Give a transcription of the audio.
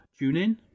TuneIn